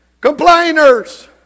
complainers